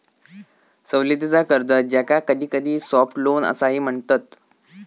सवलतीचा कर्ज, ज्याका कधीकधी सॉफ्ट लोन असाही म्हणतत